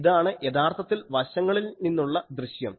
ഇതാണ് യഥാർത്ഥത്തിൽ വശങ്ങളിൽ നിന്നുള്ള ദൃശ്യം